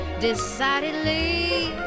decidedly